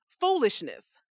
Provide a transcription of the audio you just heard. foolishness